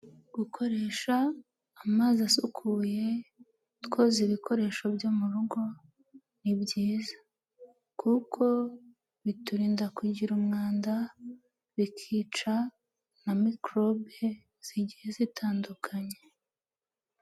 Gukoresha amazi asukuye twoza ibikoresho byo mu rugo ni byiza. Kuko biturinda kugira umwanda, bikica na mikorobe zigiye zitandukanye.